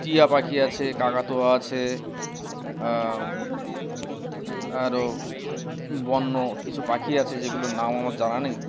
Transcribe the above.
টিয়া পাখি আছে কাকাতোয়া আছে আরও বন্য কিছু পাখি আছে যেগুলোর নাম আমার জানা নেই